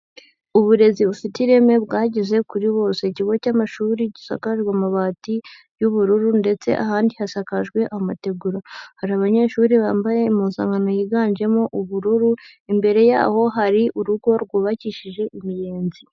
Uburezi bufite ireme bwageze kuri bose, ikigo cy'amashuri gisakajwe amabati y'ubururu ndetse ahandi hasakajwe amategura, hari abanyeshuri bambaye impuzankano yiganjemo ubururu, imbere yaho hari urugo rwubakishije imiyenzi.